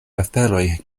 aferoj